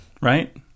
right